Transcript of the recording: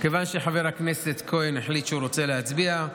כיוון שחבר הכנסת כהן החליט שהוא רוצה להצביע,